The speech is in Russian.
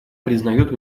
признает